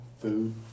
Food